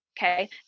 Okay